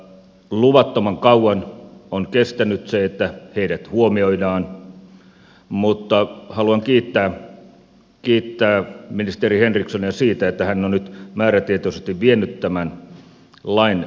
luvattoman kauan on kestänyt siinä että heidät huomioidaan mutta haluan kiittää ministeri henrikssonia siitä että hän on nyt määrätietoisesti vienyt tämän lain päätökseen asti